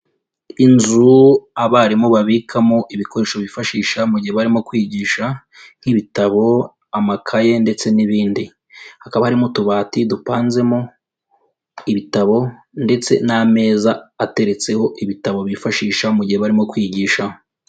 Inzu abarimu babikamo ibikoresho bifashisha mu gihe barimo kwigisha nk'ibitabo, amakaye ndetse n'ibindi, hakaba harimo utubati dupanzemo ibitabo ndetse n'ameza ateretseho ibitabo bifashisha mu gihe barimo kwigisha.